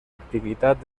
activitat